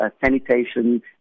sanitation